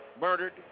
murdered